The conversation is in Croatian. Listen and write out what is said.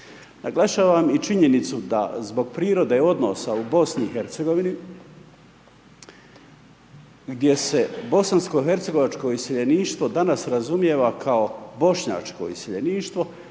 Naglašavam i činjenicu, da zbog prirode odnosa u BIH, gdje se bosansko hercegovačko iseljeništvo, danas, razumijeva kao bošnjačko iseljeništvo